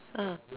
ah